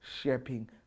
shaping